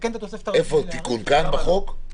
לתקן את התוספת הרביעית --- תיקון כאן בחוק?